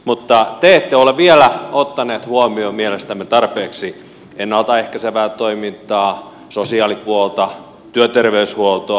mutta te ette ole vielä ottaneet huomioon mielestämme tarpeeksi ennalta ehkäisevää toimintaa sosiaalipuolta työterveyshuoltoa